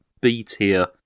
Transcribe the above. B-tier